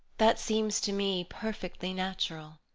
that seems to me perfectly natural.